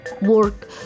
work